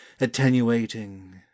attenuating